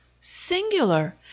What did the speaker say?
singular